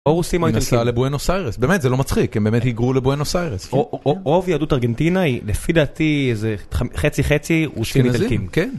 או רוסים או איטלקים. נסע לבואנוס איירס, באמת, זה לא מצחיק, הם באמת היגרו לבואנוס איירס. רוב יהדות ארגנטינה היא לפי דעתי חצי חצי רוסים איטלקים. כן.